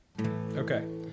Okay